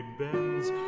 bends